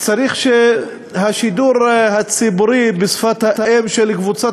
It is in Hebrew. צריך שהשידור הציבורי בשפת האם של קבוצת